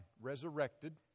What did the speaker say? resurrected